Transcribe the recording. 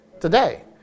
Today